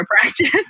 practice